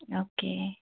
okay